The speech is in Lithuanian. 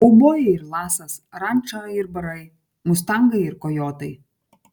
kaubojai ir lasas ranča ir barai mustangai ir kojotai